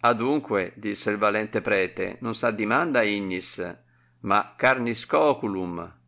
adunque disse il valente prete non si addimanda ignis ma carniscoculum ma